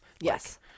Yes